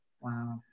Wow